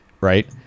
Right